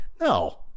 No